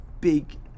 big